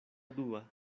dua